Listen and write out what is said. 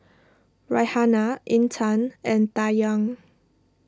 Raihana Intan and Dayang